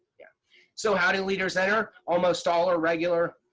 yeah so how do leaders enter? almost all are regular,